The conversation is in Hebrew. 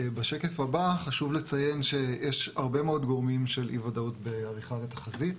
בשקף הבא חשוב לציין שיש הרבה מאוד גורמים של אי ודאות בעריכת התחזית,